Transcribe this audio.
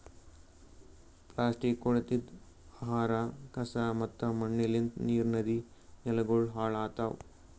plastic, ಕೊಳತಿದ್ ಆಹಾರ, ಕಸಾ ಮತ್ತ ಮಣ್ಣಲಿಂತ್ ನೀರ್, ನದಿ, ನೆಲಗೊಳ್ ಹಾಳ್ ಆತವ್